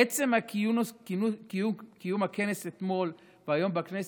עצם קיום הכנס אתמול והיום בכנסת,